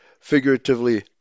figuratively